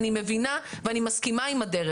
אני מבינה ואני מסכימה עם הדרך.